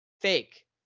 fake